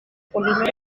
polímero